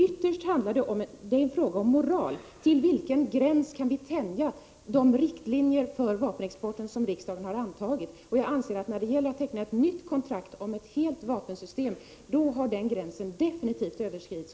Ytterst är detta en fråga om moral: Till vilken gräns kan vi tänja de riktlinjer för vapenexporten som riksdagen har antagit? Jag anser, att när man tecknar ett nytt kontrakt om ett helt vapensystem, har den gränsen definitivt överskridits.